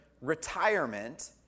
retirement